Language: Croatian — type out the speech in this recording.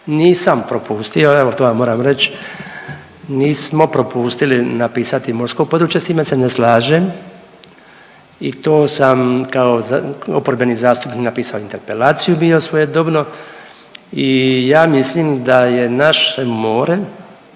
Nisam propustio, evo to vam moram reć, nismo propustili napisati morsko područje s time se ne slažem i to sam kao oporbeni zastupnik napisao interpelaciju bio svojedobno i ja mislim da je naše more